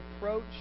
approach